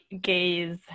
gaze